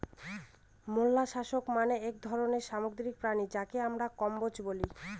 molluscs মানে এক ধরনের সামুদ্রিক প্রাণী যাকে আমরা কম্বোজ বলি